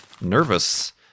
nervous